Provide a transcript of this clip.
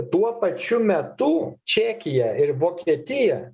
tuo pačiu metu čekija ir vokietija